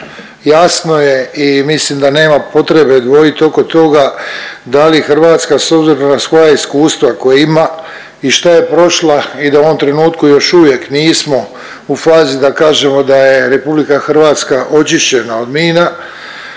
Jasno je i mislim da nema potrebe dvojit oko toga da li Hrvatska s obzirom na svoja iskustva koja ima i šta je prošla i da u ovom trenutku još uvijek nismo u fazi da kažemo da je RH očišćena od mina,